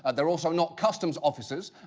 ah they're also not customs officers,